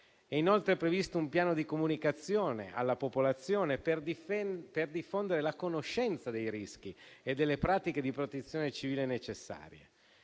inoltre previsto un piano di comunicazione alla popolazione per diffondere la conoscenza dei rischi e delle pratiche di protezione civile necessarie.